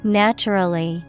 naturally